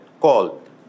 called